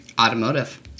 automotive